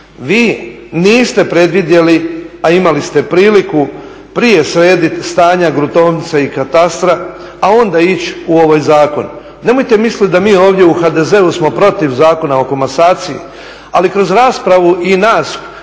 Vi niste predvidjeli, a imali ste priliku prije srediti stanja gruntovnica i katastra, a onda ići u ovaj zakon. Nemojte misliti da mi ovdje u HDZ-u smo protiv Zakona o komasaciji, ali kroz raspravu i nas